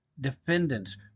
defendants